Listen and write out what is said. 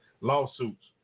lawsuits